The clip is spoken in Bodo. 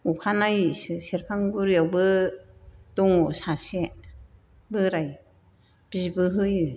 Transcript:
अखानायैसो सेरफांगुरियावबो दङ सासे बोराय बिबो होयो